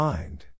Mind